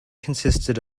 consisted